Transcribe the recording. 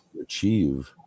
achieve